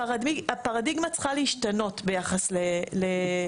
הפרדיגמה צריכה להשתנות ביחס לזה.